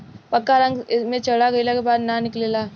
पक्का रंग एइमे चढ़ गईला के बाद ना निकले ला